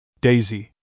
Daisy